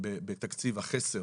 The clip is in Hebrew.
בתקציב החסר